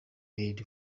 widely